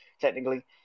technically